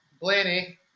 Blaney